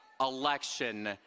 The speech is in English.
Election